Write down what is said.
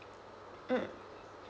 mm